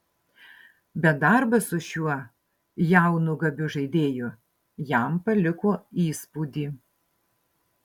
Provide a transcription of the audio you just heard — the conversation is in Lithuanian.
bet darbas su šiuo jaunu gabiu žaidėju jam paliko įspūdį